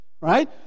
right